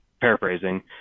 paraphrasing